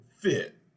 fit